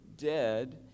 Dead